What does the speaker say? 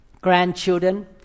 grandchildren